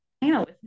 panel